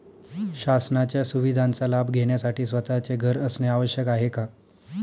शासनाच्या सुविधांचा लाभ घेण्यासाठी स्वतःचे घर असणे आवश्यक आहे का?